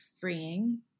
freeing